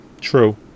True